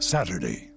Saturday